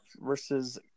versus